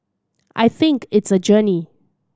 I think it's a journey